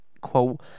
quote